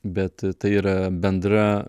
bet tai yra bendra